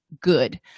good